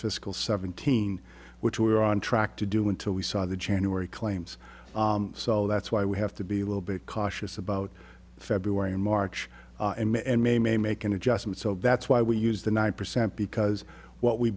fiscal seventeen which we are on track to do until we saw the january claims so that's why we have to be a little bit cautious about february and march and may may make an adjustment so that's why we use the nine percent because what we